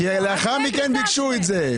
כי לאחר מכן ביקשו את זה.